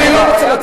אני מנהל את